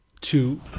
Two